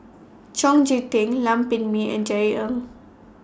Chong Tze Chien Lam Pin Min and Jerry Ng